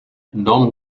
non